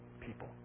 people